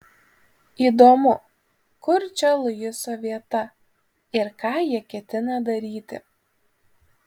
įdomu kur čia luiso vieta ir ką jie ketina daryti